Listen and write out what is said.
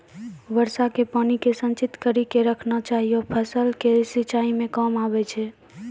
वर्षा के पानी के संचित कड़ी के रखना चाहियौ फ़सल के सिंचाई मे काम आबै छै?